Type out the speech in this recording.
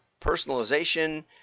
personalization